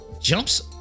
jumps